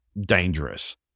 dangerous